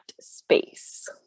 space